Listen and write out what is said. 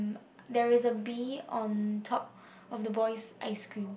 there is a bee on top of the boy's ice cream